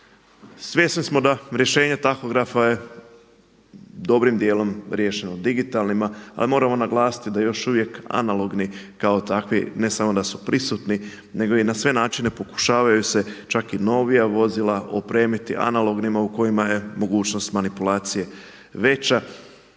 Svjesni smo da rješenje tahografa je dobrim dijelom riješeno digitalnima, ali moramo naglasiti da još uvijek analogni kao takvi ne samo da su prisutni, nego i na sve načine pokušavaju se čak i novija vozila opremiti analognima u kojima je mogućnost manipulacije veća.